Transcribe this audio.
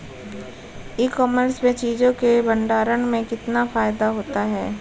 ई commerce में चीज़ों के भंडारण में कितना फायदा होता है?